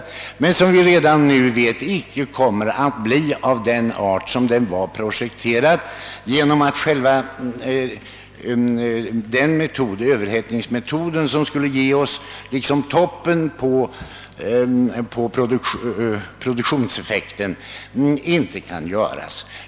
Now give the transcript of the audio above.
Vi vet emellertid redan nu att den icke kommer att bli av den art som den var projekterad på grund av att den metod, överhettningsmetoden, som skulle ge liksom toppen på produktionseffekten, inte kan användas.